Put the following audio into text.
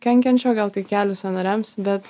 kenkiančio gal tik kelių sąnariams bet